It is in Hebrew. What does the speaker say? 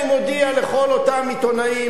אני מודיע לכל אותם עיתונאים,